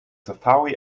safari